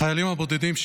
החיילים הבודדים,